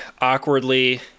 awkwardly